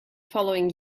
following